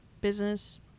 business